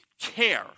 care